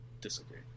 disagree